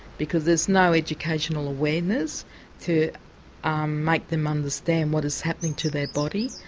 because there's no educational awareness to um make them understand what is happening to their body.